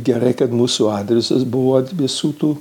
gerai kad mūsų adresas buvo visų tų